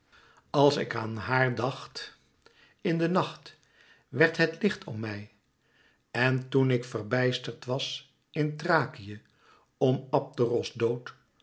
als ik aan haar dacht in de nacht werd het licht om mij en toen ik verbijsterd was in thrakië om abderos dood